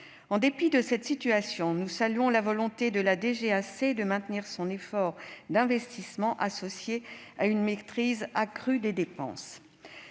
En dépit de cette situation, nous saluons la volonté de la DGAC de maintenir son effort d'investissement, associé à une maîtrise accrue des dépenses.